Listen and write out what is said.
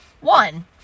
one